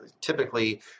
typically